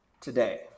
today